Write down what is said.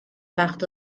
وقت